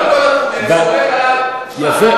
קודם כול, אני סומך עליו, יפה.